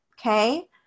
okay